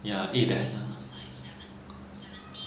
ya neat eh